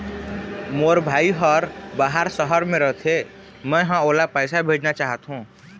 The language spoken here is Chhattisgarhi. मोर भाई हर बाहर शहर में रथे, मै ह ओला पैसा भेजना चाहथों